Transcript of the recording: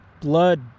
blood